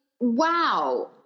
wow